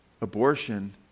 abortion